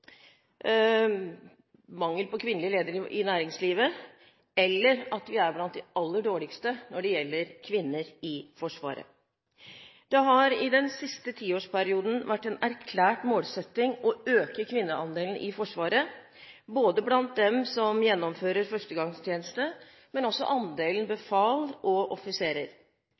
mangel på kvinnelige ledere i næringslivet, eller at vi er blant de aller dårligste når det gjelder kvinner i Forsvaret. Det har i den siste tiårsperioden vært en erklært målsetting å øke kvinneandelen i Forsvaret, både blant dem som gjennomfører førstegangstjeneste, og blant andelen befal og offiserer.